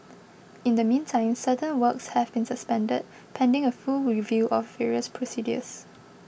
in the meantime certain works have been suspended pending a full review of various procedures